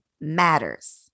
matters